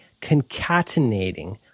concatenating